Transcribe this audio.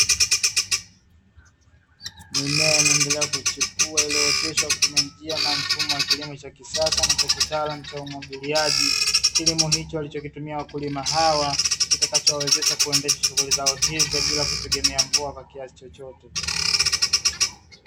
Mimea inayoendelea kuchipua iliyootwshwa kupitia njia na mfumo wa kilimo cha kisasa na cha kitaalamu cha umwagiliaji. Kilimo hicho walichokitumia na wakulima hawa, kitakacho wawezesha kuendesha shughuli zao bila kutegemea mvua kwa kiasi chochote.